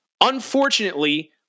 Unfortunately